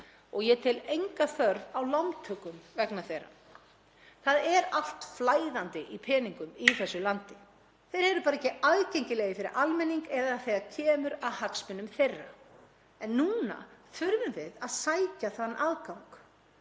Ég tel enga þörf á lántökum vegna þeirra. Það er allt flæðandi í peningum í þessu landi. Þeir eru bara ekki aðgengilegir fyrir almenning eða þegar kemur að hagsmunum þeirra. En núna þurfum við að sækja þann aðgang.